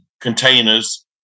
containers